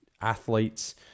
athletes